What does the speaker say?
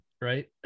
right